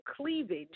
cleavage